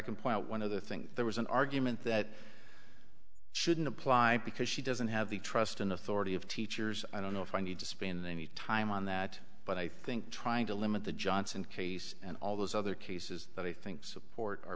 can point out one of the thing there was an argument that shouldn't apply because she doesn't have the trust and authority of teachers i don't know if i need to spend any time on that but i think trying to limit the johnson case and all those other cases that we think support our